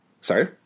Sorry